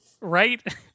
Right